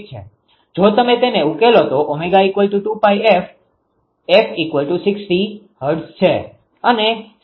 જો તમે તેને ઉકેલો તો ω2ΠFF60 Hz છે અને C1𝜔𝑋𝐶 છે